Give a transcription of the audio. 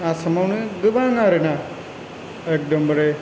आसामावनो गोबां आरो ना एकदमबारि